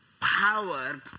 power